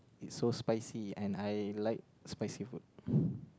it's so spicy and I like spicy food